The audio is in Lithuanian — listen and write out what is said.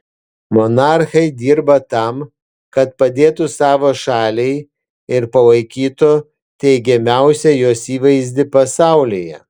monarchai dirba tam kad padėtų savo šaliai ir palaikytų teigiamiausią jos įvaizdį pasaulyje